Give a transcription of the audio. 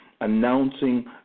announcing